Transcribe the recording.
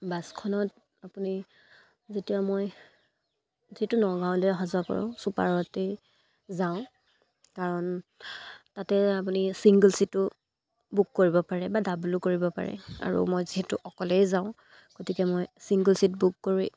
বাছখনত আপুনি যেতিয়া মই যিহেতু নগাঁৱলৈ অহা যোৱা কৰোঁ ছুপাৰতেই যাওঁ কাৰণ তাতে আপুনি ছিংগল ছিটো বুক কৰিব পাৰে বা ডাবলো কৰিব পাৰে আৰু মই যিহেতু অকলেই যাওঁ গতিকে মই চিংগল ছিট বুক কৰি